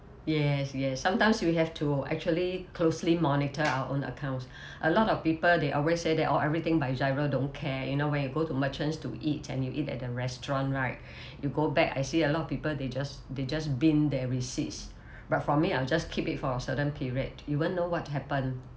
yes yes sometimes you have to actually closely monitor our own accounts a lot of people they always say that oh everything by GIRO don't care you know when you go to merchants to eat and you eat at a restaurant right you go back I see a lot of people they just they just bin their receipts but from me I'll just keep it for a certain period you won't know what happen